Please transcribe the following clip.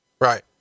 Right